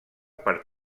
per